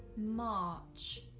march.